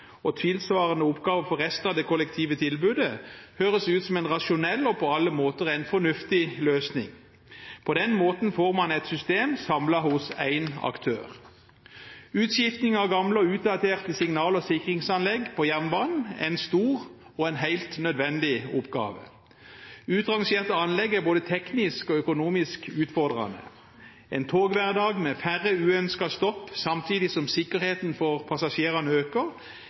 og tilsvarende oppgave for resten av det kollektive tilbudet høres ut som en rasjonell og på alle måter fornuftig løsning. På den måten får man et system samlet hos én aktør. Utskifting av gamle og utdaterte signal- og sikringsanlegg på jernbanen er en stor og helt nødvendig oppgave. Utrangerte anlegg er både teknisk og økonomisk utfordrende. En toghverdag med færre uønskede stopp samtidig som sikkerheten for passasjerene øker,